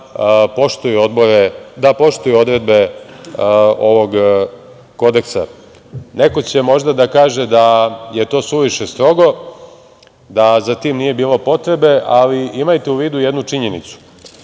da poštuju odredbe ovog Kodeksa. Neko će možda da kaže da je to suviše strogo, da za tim nije bilo potrebe, ali imajte u vidu jednu činjenicu.